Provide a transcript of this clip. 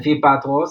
לפי פטראוס